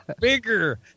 bigger